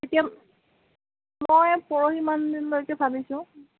এতিয়া মই পৰহিমানলৈকে ভাবিছোঁ